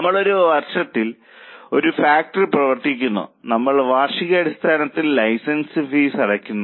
നമ്മൾ ഒരു ഫാക്ടറി പ്രവർത്തിപ്പിക്കുന്നു നമ്മൾ വാർഷിക അടിസ്ഥാനത്തിൽ ലൈസൻസ് ഫീസ് അടയ്ക്കുന്നു